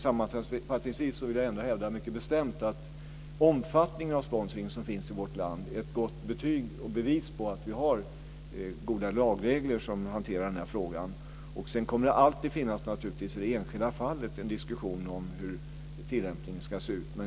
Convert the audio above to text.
Sammanfattningsvis vill jag mycket bestämt hävda att omfattningen av sponsringen i vårt land är ett gott betyg och ett bevis på att vi har goda lagregler för att hantera frågan. Sedan kommer det naturligtvis alltid i det enskilda fallet att förekomma en diskussion om hur tillämpningen ska se ut.